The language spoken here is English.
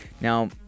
Now